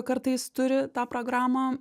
kartais turi tą programą